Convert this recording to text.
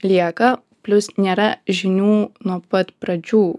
lieka plius nėra žinių nuo pat pradžių